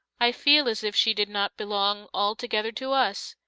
i feel as if she did not belong altogether to us,